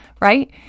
right